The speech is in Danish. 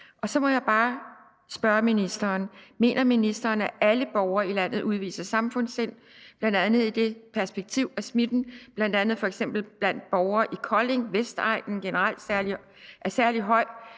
Så jeg må bare spørge ministeren: Mener ministeren, at alle borgere i landet udviser samfundssind, set i det perspektiv, at smitten f.eks. blandt borgere i Kolding, på Vestegnen, i Kokkedal, Ishøj